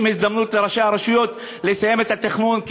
הזדמנות לראשי הרשויות לסיים את התכנון,